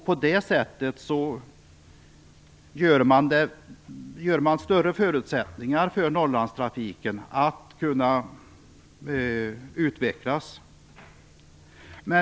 På det sättet ger man större förutsättningar för Norrlandstrafiken att kunna utvecklas.